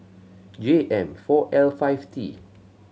J M four L five T